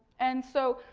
and so,